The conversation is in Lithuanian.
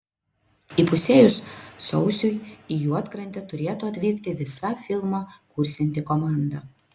įpusėjus sausiui į juodkrantę turėtų atvykti visa filmą kursianti komanda